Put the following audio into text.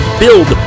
build